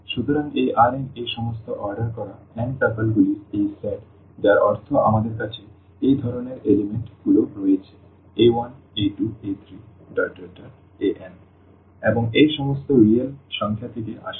সুতরাং এই Rnএই সমস্ত অর্ডার করা n tuple গুলির এই সেট যার অর্থ আমাদের কাছে এই ধরণের উপাদানগুলো রয়েছে a1 a2 a3 an এবং এই সমস্ত রিয়েল সংখ্যা থেকে আসে